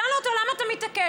שאלנו אותו: למה אתה מתעקש?